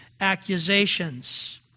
accusations